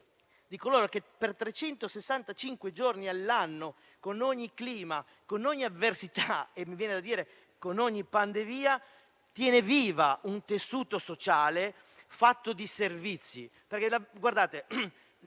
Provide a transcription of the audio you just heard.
trecentosessantacinque giorni all'anno, con ogni clima, con ogni avversità e - mi viene da dire - con ogni pandemia, tengono vivo un tessuto sociale fatto di servizi.